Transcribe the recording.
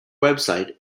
website